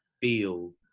feel